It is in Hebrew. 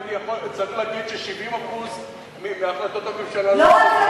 הייתי צריך להגיד ש-70% מהחלטות הממשלה לא מיושמות.